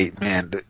Man